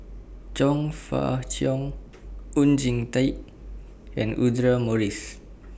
Chong Fah Cheong Oon Jin Teik and Audra Morrice